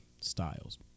styles